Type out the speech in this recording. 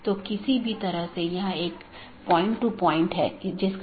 BGP एक बाहरी gateway protocol है